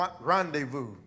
rendezvous